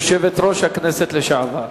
יושבת-ראש הכנסת לשעבר.